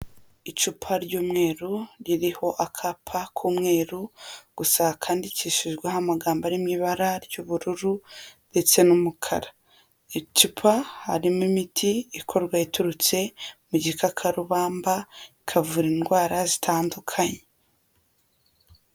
Icupa ry'umweru, ririho akapa k'umweru, gusa kandikishijweho amagambo ari mu ibara ry'ubururu, ndetse n'umukara. Icupa harimo imiti ikorwa iturutse, mu gikakarubamba, ikavura indwara zitandukanye.